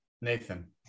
Nathan